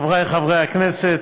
חברי חברי הכנסת,